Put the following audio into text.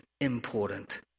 important